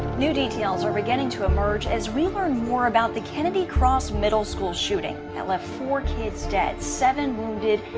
new details are beginning to emerge as we learn more about the kennedy cross middle school shooting that left four kids dead, seven wounded,